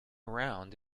around